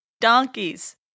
donkeys